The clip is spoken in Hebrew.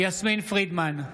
יסמין פרידמן,